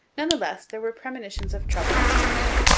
none the less, there were premonitions of trouble in america,